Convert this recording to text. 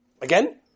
Again